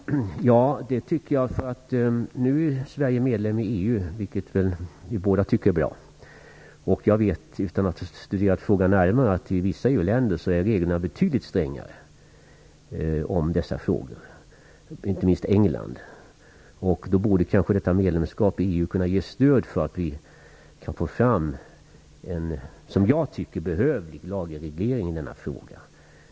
Fru talman! Det håller jag med om. Nu är Sverige medlem i EU, vilket jag förmodar att vi båda tycker är bra. Jag vet, utan att ha studerat frågan närmare, att reglerna kring dessa frågor är betydligt strängare i vissa EU-länder. Det gäller inte minst England. Då kanske detta medlemskap i EU kan ge stöd för att få fram en, som jag tycker, behövlig lagreglering i denna fråga.